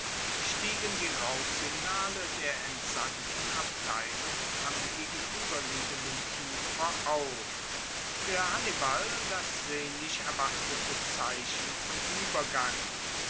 stiegen die rauchsignale der entsandten abteilung am gegenueberliegenden ufer auf fuer hannibal das sehnlich erwartete zeichen zum uebergang